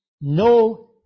no